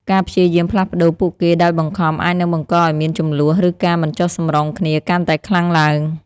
ការព្យាយាមផ្លាស់ប្តូរពួកគេដោយបង្ខំ អាចនឹងបង្កឱ្យមានជម្លោះ ឬការមិនចុះសម្រុងគ្នាកាន់តែខ្លាំងឡើង។